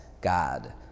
God